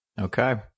Okay